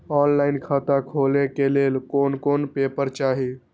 Online खाता खोले के लेल कोन कोन पेपर चाही?